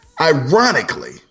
ironically